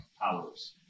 powers